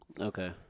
Okay